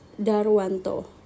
Darwanto